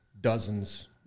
dozens